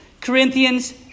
Corinthians